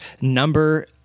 number